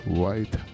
white